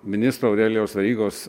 ministro aurelijaus verygos